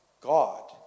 God